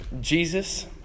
Jesus